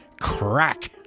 crack